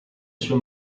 sue